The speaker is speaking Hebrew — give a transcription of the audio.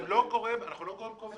אנחנו לא גורם קובע.